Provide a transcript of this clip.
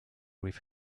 with